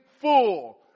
full